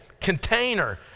container